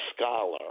Scholar